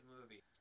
movie